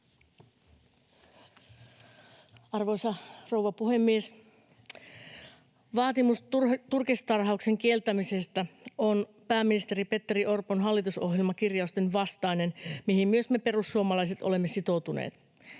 Arvoisa rouva puhemies! Vaatimus turkistarhauksen kieltämisestä on pääministeri Petteri Orpon hallitusohjelmakirjausten vastainen, mihin myös me perussuomalaiset olemme sitoutuneet.